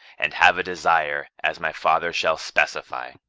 and have a desire, as my father shall specify